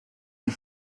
and